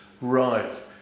Right